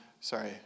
sorry